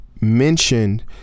mentioned